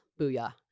Booyah